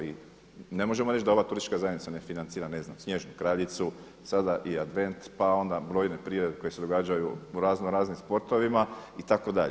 I ne možemo reći da ova turistička zajednica ne financira ne znam Snježnu kraljicu, sada i advent, pa onda brojne priredbe koje se događaju u razno raznim sportovima itd.